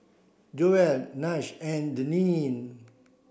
Joel Nash and Deneen